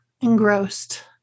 engrossed